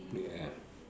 ya